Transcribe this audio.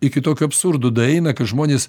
iki tokio absurdo daeina kad žmonės